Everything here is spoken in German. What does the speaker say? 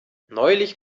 neulich